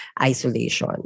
isolation